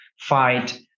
fight